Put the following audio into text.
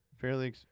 Fairly